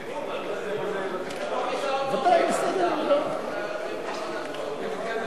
הודעת הממשלה על העברת סמכויות משר הביטחון לראש הממשלה נתקבלה.